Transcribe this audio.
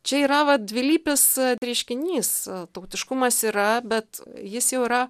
čia yra va dvilypis reiškinys tautiškumas yra bet jis jau yra